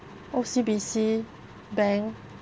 O_C_B_C bank